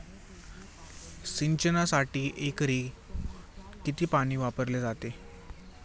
सिंचनासाठी एकरी किती पाणी वापरले जाते?